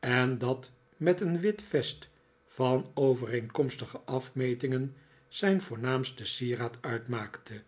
en dat met een wit vest van overeenkomstige afmetingen zijn voornaamste sieraad uitmaakte